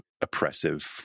oppressive